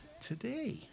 Today